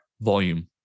volume